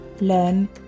learn